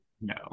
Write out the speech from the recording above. No